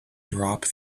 drop